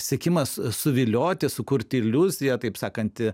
siekimas suvilioti sukurti iliuziją taip sakant